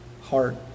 heart